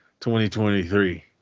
2023